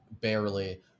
barely